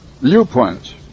viewpoint